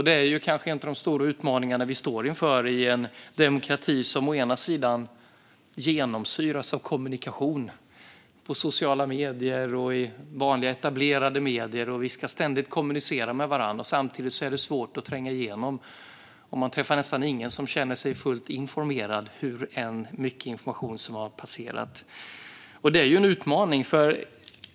Det är kanske en av de större utmaningar som vi står inför i en demokrati som genomsyras av kommunikation på sociala medier och i vanliga etablerade medier. Vi ska ständigt kommunicera med varandra. Samtidigt är det svårt att tränga igenom. Man träffar nästan ingen som känner sig fullt ut informerad hur mycket information som än har passerat. Detta är en utmaning.